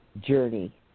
journey